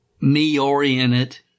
me-oriented